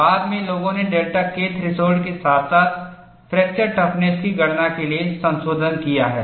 बाद में लोगों ने डेल्टा K थ्रेशोल्ड के साथ साथ फ्रैक्चर टफनेस की गणना के लिए संशोधन किया है